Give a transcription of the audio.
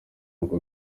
uko